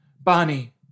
Bonnie